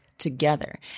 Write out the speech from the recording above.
Together